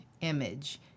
image